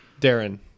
Darren